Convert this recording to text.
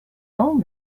old